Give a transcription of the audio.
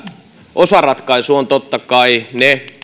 osaratkaisu on totta kai ne